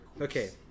Okay